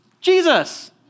Jesus